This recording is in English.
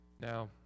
Now